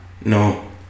No